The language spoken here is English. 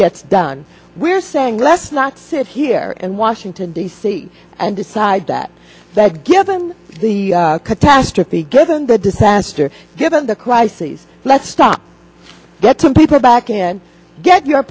gets done we're saying let's not sit here in washington d c and decide that that given the catastrophe given the disaster given the crises let's stop that some people are back in get your